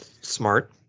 Smart